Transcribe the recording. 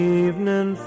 evening